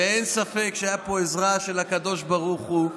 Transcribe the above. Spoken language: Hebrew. ואין ספק שהייתה פה עזרה של הקדוש ברוך הוא,